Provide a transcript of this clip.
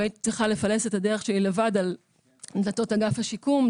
והייתי צריכה לפלס את הדרך שלי לבד מול דלתות אגף השיקום,